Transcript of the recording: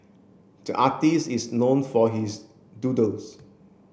the artist is known for his doodles